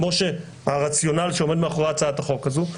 כמו הרציונל שעומד מאחורי הצעת החוק הזו,